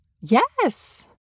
Yes